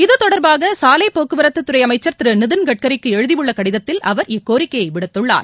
இத்தொடர்பாகசாலைப்போக்குவரத்துதுறைஅமைச்சர் திருநிதின்கட்கரிக்குஎழுதியுள்ளகடிதத்தில் அவர் இக்கோரிக்கையைவிடுத்துள்ளார்